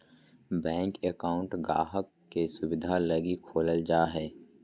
bank account गाहक़ के सुविधा लगी खोलल जा हय